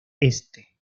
este